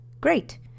great